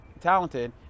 talented